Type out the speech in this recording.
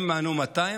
ואם ענו 200,